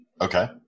Okay